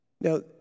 Now